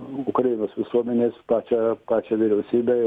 ukrainos visuomenės pačią pačią vyriausybę